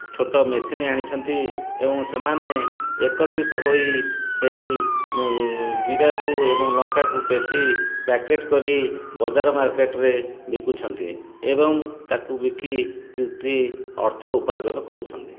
ଛୋଟ ମେସିନ୍ ଆଣିଛନ୍ତି ଏବଂ ସେମାନେ ଏକତ୍ରିତ ହୋଇ ସେଇ ଜିରାକୁ ଏବଂ ଲଙ୍କାକୁ ପେଷି ପ୍ୟାକେଟ୍ କରି ବଜାର ମାର୍କେଟରେ ବିକୁଛନ୍ତି ଏବଂ ତାକୁ ବିକି କିଛି ଅର୍ଥ ଉପାର୍ଜନ କରୁଛନ୍ତି